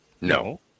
No